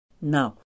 Now